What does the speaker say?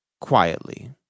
quietly